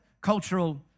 cultural